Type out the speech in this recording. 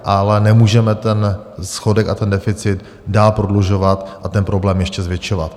Ale nemůžeme ten schodek a ten deficit dál prodlužovat a ten problém ještě zvětšovat.